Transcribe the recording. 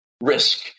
risk